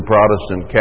Protestant